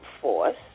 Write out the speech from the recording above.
Force